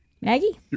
Maggie